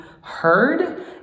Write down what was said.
heard